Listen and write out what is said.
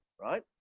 right